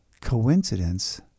coincidence